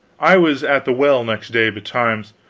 i was at the well next day betimes.